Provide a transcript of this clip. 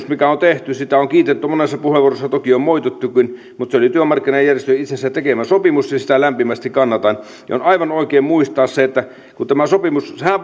mikä on tehty sitä on kiitetty monessa puheenvuorossa toki on moitittukin että se oli työmarkkinajärjestöjen itsensä tekemä sopimus ja sitä lämpimästi kannatan on aivan oikein muistaa se että tämä sopimushan